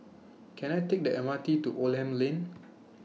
Can I Take The M R T to Oldham Lane